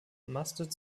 mustard